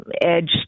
edge